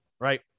right